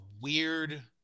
weird